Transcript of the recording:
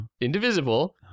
indivisible